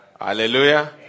Hallelujah